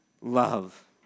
love